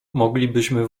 moglibyśmy